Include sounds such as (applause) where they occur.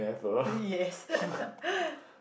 uh yes (laughs)